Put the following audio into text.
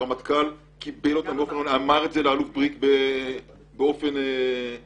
הרמטכ"ל קיבל זאת באופן מלא ואמר זאת לאלוף בריק באופן בלתי-אמצעי